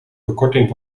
verkorting